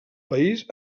país